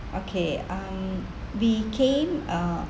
okay um we came uh